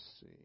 see